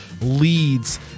leads